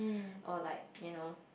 or like you know